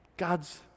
God's